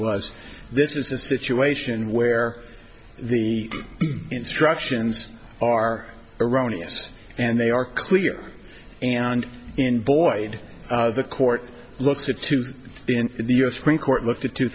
was this is a situation where the instructions are erroneous and they are clear and in boyd the court looks to two in the u s supreme court looked at two